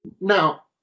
Now